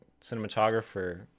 cinematographer